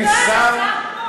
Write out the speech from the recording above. הוא כאן, השר פה.